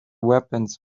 weapons